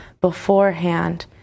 beforehand